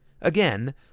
Again